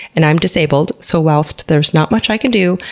and i am disabled. so whilst there's not much i can do,